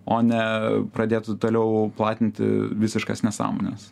o ne pradėtų toliau platinti visiškas nesąmones